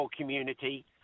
community